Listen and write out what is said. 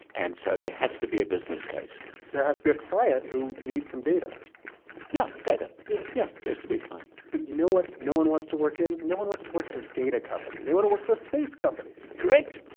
and so there has to be a business case there has to be a client who needs some data yeah, data yeah yeah. there's to be a client but you know what no one wants to work in? no one wants to work at a data company. they want to work for a space company correct.